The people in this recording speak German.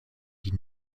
die